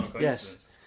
Yes